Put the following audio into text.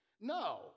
No